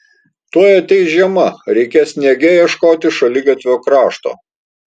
tuoj ateis žiema reikės sniege ieškoti šaligatvio krašto